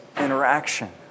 interaction